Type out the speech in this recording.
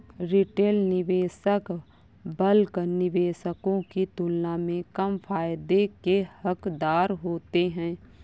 retail निवेशक bulk निवेशकों की तुलना में कम फायदे के हक़दार होते हैं